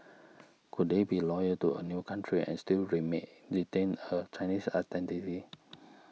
could they be loyal to a new country and still remain retain a Chinese identity